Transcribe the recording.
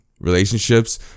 relationships